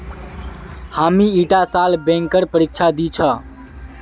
हामी ईटा साल बैंकेर परीक्षा दी छि